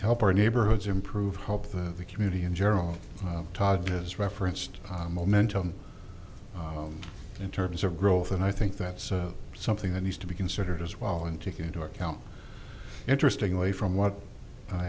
help our neighborhoods improve health of the community in general todd has referenced momentum in terms of growth and i think that's something that needs to be considered as well and take into account interestingly from what i